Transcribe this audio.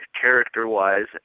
character-wise